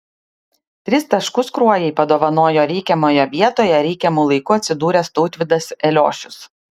tris taškus kruojai padovanojo reikiamoje vietoje reikiamu laiku atsidūręs tautvydas eliošius